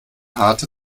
harte